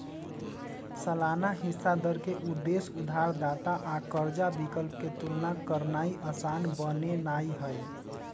सालाना हिस्सा दर के उद्देश्य उधारदाता आ कर्जा विकल्प के तुलना करनाइ असान बनेनाइ हइ